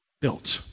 built